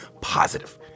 positive